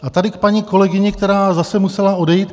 A tady k paní kolegyni, která zase musela odejít.